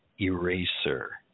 eraser